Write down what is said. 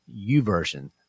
uversion